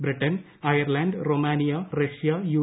Britain Ireland Romania Russia U